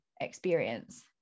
experience